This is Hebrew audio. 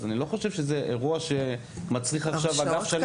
אז אני לא חושב שזה אירוע שמצריך עכשיו אגף שלם במשטרה.